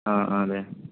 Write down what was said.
ആ അതെ